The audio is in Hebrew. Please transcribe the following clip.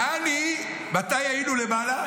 יעני, מתי היינו למעלה?